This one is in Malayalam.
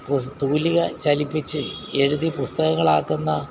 തൂലിക ചലിപ്പിച്ച് എഴുതി പുസ്തകങ്ങളാക്കുന്ന